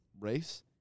race